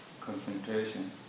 concentration